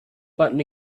button